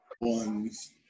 Ones